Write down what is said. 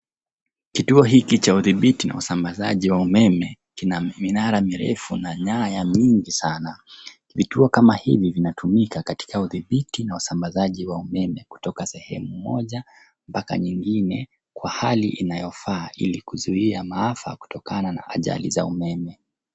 Kituo hiki cha udhibiti na usambazaji wa umeme kina minara mirefu na nyaya mingi sana. Vituo kama hivi vinatumika katika udhibiti na usambazaji wa umeme kutoka sehemu moja mpaka nyingine kwa hali inayofaa ili kuzuia maafa kutokana na ajali za umeme.